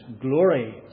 glory